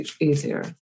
easier